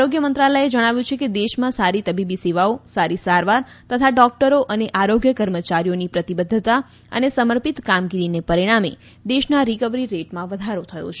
આરોગ્ય મંત્રાલયે જણાવ્યું કે દેશમાં સારી તબીબી સેવાઓ સારી સારવાર તથા ડોકટરો અને આરોગ્ય કર્મચારીઓની પ્રતિબદ્વતા અને સમર્પિત કામગીરીને પરિણામે દેશના રીકવરી રેટમાં વધારો થયો છે